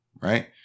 right